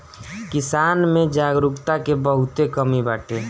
किसान में जागरूकता के बहुते कमी बाटे